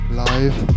live